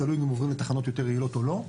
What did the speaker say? תלוי אם עוברים לתחנות יותר יעילות או לא,